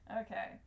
Okay